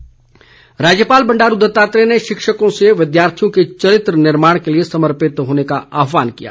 दत्तात्रेय राज्यपाल बंडारू दत्तात्रेय ने शिक्षकों से विद्यार्थियों के चरित्र निर्माण के लिए समर्पित होने का आहवान किया है